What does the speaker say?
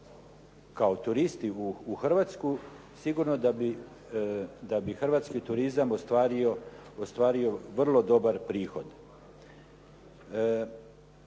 kao turisti u Hrvatsku sigurno da bi hrvatski turizam ostvario vrlo dobar prihod.